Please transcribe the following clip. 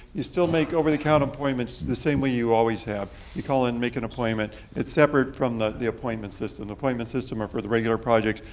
you still make over the counter appointments the same way you always have, you call in, make an appointment. it's separate from the the appointment system. the appointment system are for the regular projects,